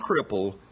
cripple